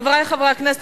חברי חברי הכנסת,